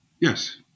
Yes